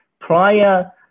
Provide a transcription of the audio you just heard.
prior